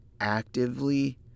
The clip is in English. actively